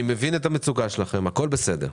אני מבין את המצוקה שלכם, הכול בסדר,